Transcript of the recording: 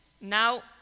Now